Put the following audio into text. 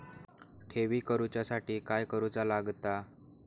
ठेवी करूच्या साठी काय करूचा लागता?